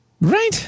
Right